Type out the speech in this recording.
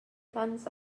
tants